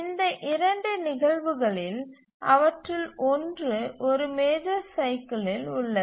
இந்த 2 நிகழ்வுகளில் அவற்றில் ஒன்று ஒரு மேஜர் சைக்கிலில் உள்ளது